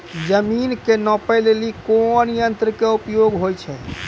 जमीन के नापै लेली कोन यंत्र के उपयोग होय छै?